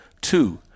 Two